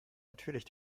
natürlich